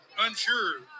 unsure